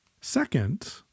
Second